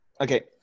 okay